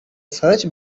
search